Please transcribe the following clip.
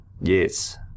yes